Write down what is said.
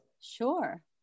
Sure